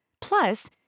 Plus